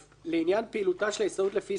לעניין פעילותה של ההסתדרות לפי סעיף זה,